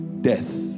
death